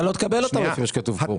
אתה לא תקבל אותם לפני שכתוב חוק.